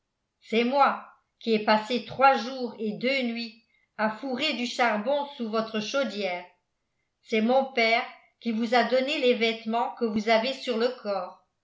c'est moi qui ai passé trois jours et deux nuits à fourrer du charbon sous votre chaudière c'est mon père qui vous a donné les vêtements que vous avez sur le corps